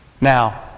Now